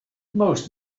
most